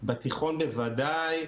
בתיכון בוודאי,